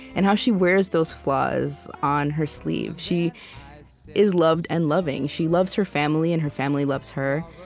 and how she wears those flaws on her sleeve. she is loved and loving. she loves her family, and her family loves her,